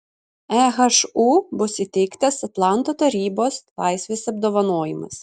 ehu bus įteiktas atlanto tarybos laisvės apdovanojimas